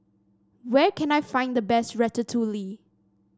where can I find the best Ratatouille